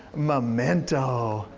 memento.